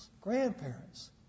grandparents